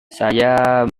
saya